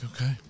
okay